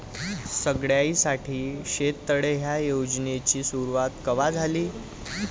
सगळ्याइसाठी शेततळे ह्या योजनेची सुरुवात कवा झाली?